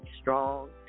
strong